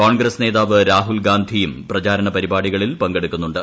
കോൺഗ്രസ് നേതാവ് രാഹുൽഗാന്ധിയും പ്രചാരണ പരിപാടികളിൽ പങ്കെടുക്കുന്നുണ്ട്